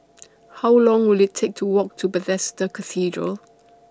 How Long Will IT Take to Walk to Bethesda Cathedral